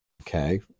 okay